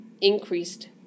increased